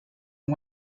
and